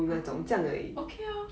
orh okay lor